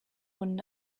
when